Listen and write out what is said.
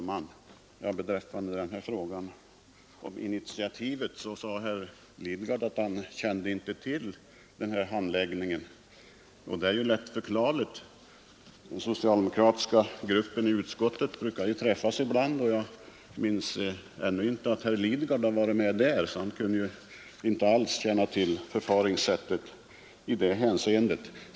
Herr talman! Beträffande initiativet sade herr Lidgard att han inte kände till handläggningen, vilket är lättförklarligt. Den socialdemokratiska gruppen i utskottet brukar träffas ibland, och jag kan inte minnas att herr Lidgard varit med då. Han kan inte alls känna till förfaringssättet i det här hänseendet.